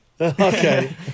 Okay